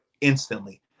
instantly